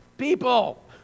people